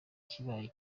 kibaye